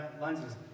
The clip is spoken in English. lenses